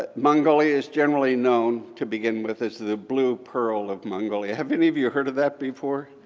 ah mongolia is generally known, to begin with, as the blue pearl of mongolia. have any of you heard of that before?